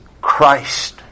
Christ